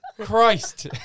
Christ